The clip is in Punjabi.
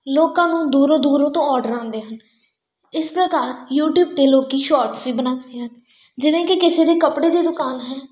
ਲੋਕਾਂ ਨੂੰ ਦੂਰੋਂ ਦੂਰੋਂ ਤੋਂ ਔਡਰ ਆਉਂਦੇ ਇਸ ਪ੍ਰਕਾਰ ਯੂਟਿਊਬ 'ਤੇ ਲੋਕ ਸ਼ੋਰਟਸ ਵੀ ਬਣਾਉਂਦੇ ਹਨ ਜਿਵੇਂ ਕਿ ਕਿਸੇ ਦੇ ਕੱਪੜੇ ਦੀ ਦੁਕਾਨ ਹੈ